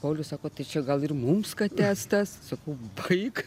paulius sako tai čia gal ir mums kates tas sakau baik